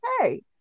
okay